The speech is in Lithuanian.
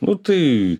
nu tai